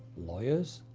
lawyers,